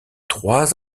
trois